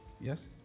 yes